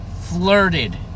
flirted